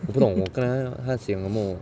我不懂我看到她写什么